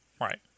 Right